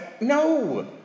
No